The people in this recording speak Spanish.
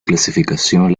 clasificación